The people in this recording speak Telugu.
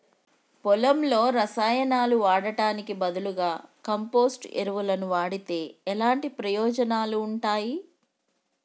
పొలంలో రసాయనాలు వాడటానికి బదులుగా కంపోస్ట్ ఎరువును వాడితే ఎలాంటి ప్రయోజనాలు ఉంటాయి?